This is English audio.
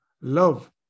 love